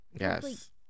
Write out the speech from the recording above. Yes